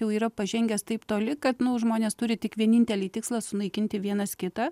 jau yra pažengęs taip toli kad nu žmonės turi tik vienintelį tikslą sunaikinti vienas kitą